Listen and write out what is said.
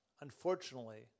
Unfortunately